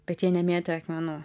bet jie nemėtė akmenų